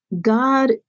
God